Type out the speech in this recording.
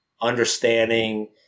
understanding